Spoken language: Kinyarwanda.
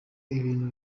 ibintu